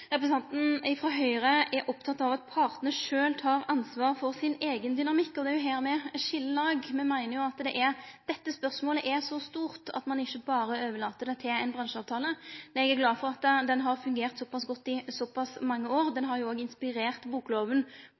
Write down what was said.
representanten frå Høgre er oppteken av at partane sjølve tek ansvar for sin eigen dynamikk – og det er her me skil lag. Me meiner at dette spørsmålet er så stort at ein ikkje berre overlèt det til ein bransjeavtale. Eg er glad for at bransjeavtalen har fungert såpass godt i såpass mange år. Han har òg inspirert